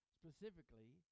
specifically